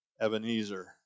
Ebenezer